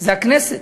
זה הכנסת.